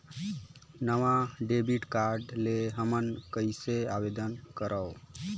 नवा debit card ले हमन कइसे आवेदन करंव?